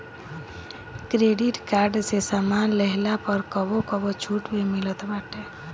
credit card से सामान लेहला पअ कबो कबो छुट भी मिलत बाटे